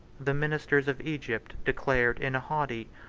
the ministers of egypt declared in a haughty,